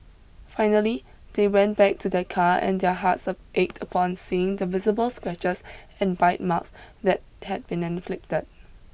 finally they went back to their car and their hearts ached upon seeing the visible scratches and bite marks that had been inflicted